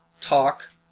Talk